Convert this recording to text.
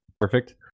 perfect